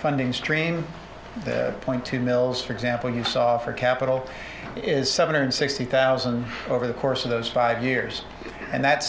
funding stream point to mills for example you saw for capital is seven hundred sixty thousand over the course of those five years and that's